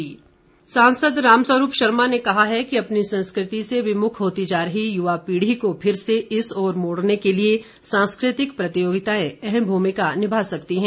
रामस्वरूप सांसद रामस्वरूप शर्मा ने कहा है कि अपनी संस्कृति से विमुख होती जा रही युवा पीढ़ी को फिर से इस ओर मोड़ने के लिए सांस्कृतिक प्रतियोगिताएं अहम भूमिका निभा सकती हैं